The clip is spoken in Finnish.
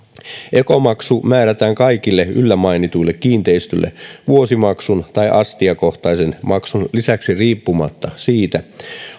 ekomaksu määrätään kaikille yllä mainituille kiinteistöille vuosimaksun tai astiakohtaisen maksun lisäksi riippumatta siitä